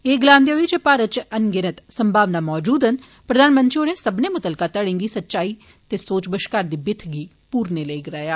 एह गलांदे होई जे भारत इच अनगिनत संभावना मौजूद न प्रधानमंत्री होरें सब्बनें मुतलका धड़ें गी सच्चाई ते सोच बष्कार दी बित्थ गी पूरा करने लेई गलाया